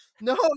No